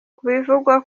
kubivugwa